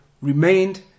remained